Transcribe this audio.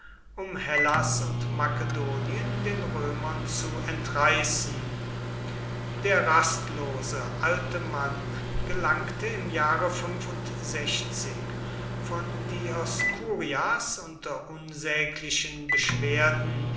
um hellas und makedonien den römern zu entreißen der rastlose alte mann gelangte im jahre von dioskurias unter unsäglichen beschwerden